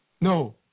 No